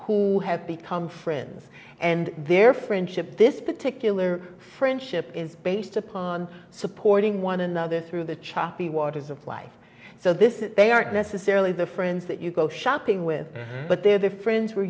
who have become friends and their friendship this particular friendship is based upon supporting one another through the choppy waters of life so this is they aren't necessarily the friends that you go shopping with but they're their friends where